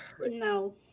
No